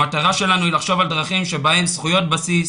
המטרה שלנו היא לחשוב על דרכים שבהן זכויות בסיס